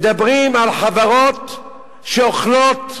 מדברים על חברות שאוכלות,